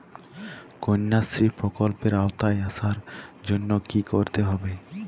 কন্যাশ্রী প্রকল্পের আওতায় আসার জন্য কী করতে হবে?